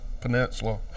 Peninsula